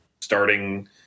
starting